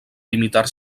limitar